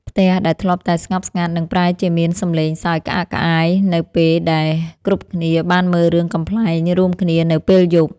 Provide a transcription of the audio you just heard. ផ្ទះដែលធ្លាប់តែស្ងប់ស្ងាត់នឹងប្រែជាមានសម្លេងសើចក្អាកក្អាយនៅពេលដែលគ្រប់គ្នាបានមើលរឿងកំប្លែងរួមគ្នានៅពេលយប់។